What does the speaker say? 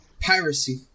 Piracy